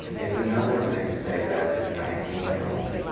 it's another thing to say that as a nineteen year old.